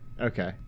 okay